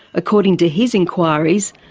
according to his enquiries,